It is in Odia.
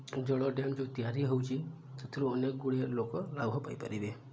ଜଳ ଡ୍ୟାମ୍ ଯେଉଁ ତିଆରି ହେଉଛି ସେଥିରୁ ଅନେକ ଗୁଡ଼ିଏ ଲୋକ ଲାଭ ପାଇପାରିବେ